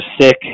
sick